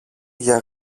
για